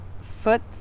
foot